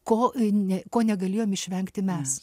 ko ne ko negalėjom išvengti mes